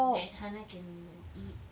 that hannah can eat